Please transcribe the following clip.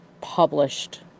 published